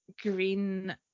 green